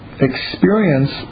experience